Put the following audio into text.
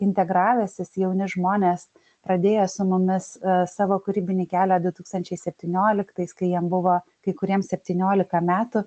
integravęsis jauni žmonės pradėję su mumis savo kūrybinį kelią du tūkstančiai septynioliktais kai jiem buvo kai kuriems septyniolika metų